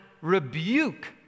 rebuke